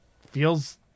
feels –